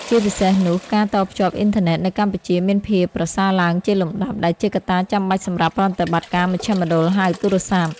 ជាពិសេសនោះ ការតភ្ជាប់អ៊ីនធឺណិតនៅកម្ពុជាមានភាពប្រសើរឡើងជាលំដាប់ ដែលជាកត្តាចាំបាច់សម្រាប់ប្រតិបត្តិការមជ្ឈមណ្ឌលហៅទូរស័ព្ទ។